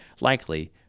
likely